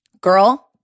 girl